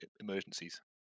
emergencies